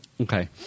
Okay